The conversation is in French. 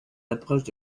approches